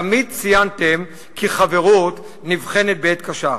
תמיד ציינתם כי חברות נבחנת בעת קשה.